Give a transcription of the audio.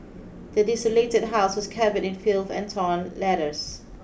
the desolated house was covered in filth and torn letters